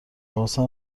حواسم